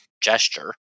gesture